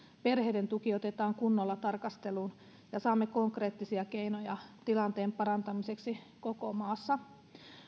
perheiden tuki otetaan kunnolla tarkasteluun ja saamme konkreettisia keinoja tilanteen parantamiseksi koko maassa